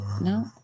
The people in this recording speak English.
No